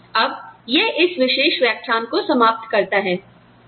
अब यह इस विशेष व्याख्यान को समाप्त करता है